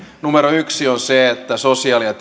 numero yksi on se että sosiaali ja